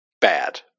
bad